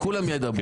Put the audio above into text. כולם ידברו.